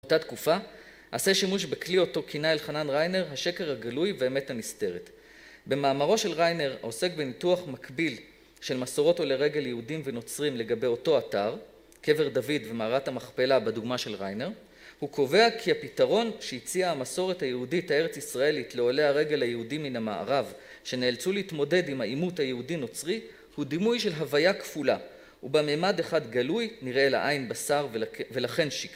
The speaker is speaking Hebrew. באותה תקופה עשה שימוש בכלי אותו כינה אלחנן ריינר ״השקר הגלוי ואמת הנסתרת״. במאמרו של ריינר, העוסק בניתוח מקביל של מסורות עולי רגל יהודים ונוצרים לגבי אותו אתר, קבר דוד ומערת המכפלה בדוגמה של ריינר. הוא קובע כי הפתרון שהציעה המסורת היהודית הארץ ישראלית לעולי הרגל היהודי מן המערב שנאלצו להתמודד עם האימות היהודי נוצרי, הוא דימוי של הוויה כפולה, ובה מימד אחד גלוי, נראה לעין בשר ולכן שקר